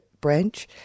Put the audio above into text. branch